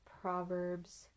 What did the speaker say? Proverbs